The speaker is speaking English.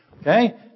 Okay